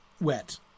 wet